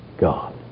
God